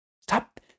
Stop